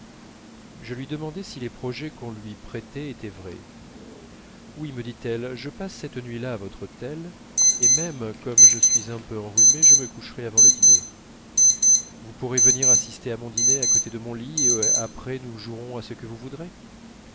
je lui demandai si les projets qu'on lui prêtait étaient vrais oui me dit-elle je passe cette nuit-là à votre hôtel et même comme je suis un peu enrhumée je me coucherai avant le dîner vous pourrez venir assister à mon dîner à côté de mon lit et après nous jouerons à ce que vous voudrez